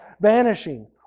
vanishing